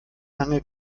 lange